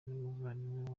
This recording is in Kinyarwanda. n’umuvandimwe